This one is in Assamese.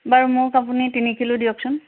বাৰু মোক আপুনি তিনি কিলো দিয়কচোন